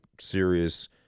serious